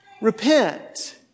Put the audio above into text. Repent